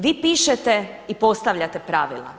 Vi pišete i postavljate pravila.